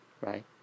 Right